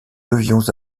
devions